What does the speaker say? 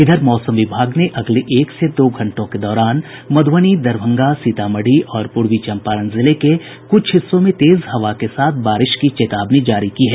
इधर मौसम विभाग ने अगले एक से दो घंटों के दौरान मधुबनी दरभंगा सीतामढ़ी और पूर्वी चंपारण जिले के कुछ हिस्सों में तेज हवा के साथ बारिश की चेतावनी जारी की है